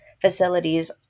facilities